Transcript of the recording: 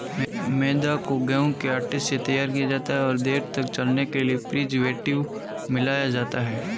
मैदा को गेंहूँ के आटे से तैयार किया जाता है और देर तक चलने के लिए प्रीजर्वेटिव मिलाया जाता है